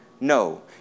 No